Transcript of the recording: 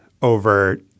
over